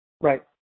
Right